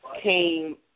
came